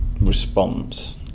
response